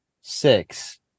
six